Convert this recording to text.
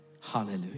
Hallelujah